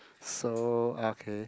so ya okay